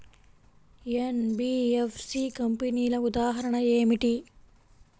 NBFC కంపెనీల ఉదాహరణ ఏమిటి?